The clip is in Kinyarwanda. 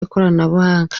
ikoranabuhanga